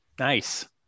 Nice